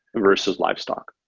versus livestock.